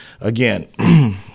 again